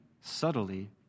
subtly